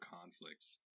conflicts